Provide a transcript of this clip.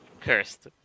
Cursed